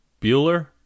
Bueller